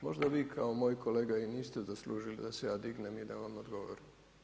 Možda vi kao moj kolega i niste zaslužili da se ja dignem i da vam odgovorim.